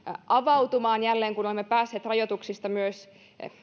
avautumaan jälleen kun olemme päässeet rajoituksista myös